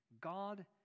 God